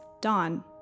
Dawn